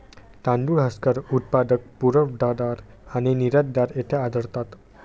तांदूळ हस्कर उत्पादक, पुरवठादार आणि निर्यातदार येथे आढळतात